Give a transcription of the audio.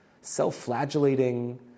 self-flagellating